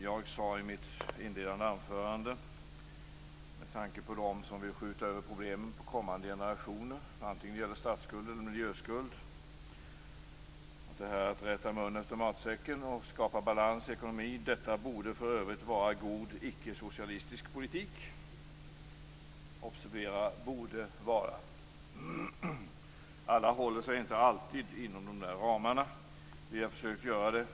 Jag sade i mitt inledande anförande, med tanke på dem som vill skjuta över problemen till kommande generationer vare sig det gäller statsskuld eller miljöskuld, att det faktum att man rättar mun efter matsäcken och skapar balans i ekonomin borde vara god icke-socialistisk politik. Observera att jag sade borde vara. Alla håller sig inte alltid inom dessa ramar. Vi har försökt att göra det.